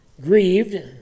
Grieved